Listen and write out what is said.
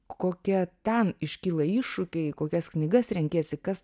kokie ten iškyla iššūkiai kokias knygas renkiesi kas